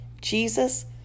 Jesus